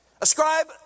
Ascribe